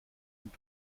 und